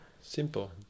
simple